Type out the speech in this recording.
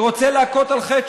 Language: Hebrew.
אני רוצה להכות על חטא,